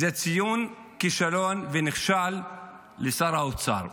זה ציון כישלון ונכשל לשר האוצר.